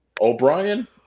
O'Brien